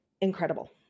incredible